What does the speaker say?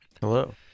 Hello